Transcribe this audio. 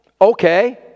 Okay